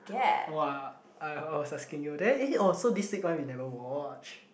oh uh uh I was asking you then eh so this week one you never watch